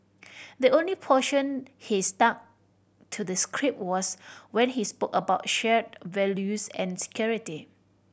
the only portion he stuck to the script was when he spoke about shared values and security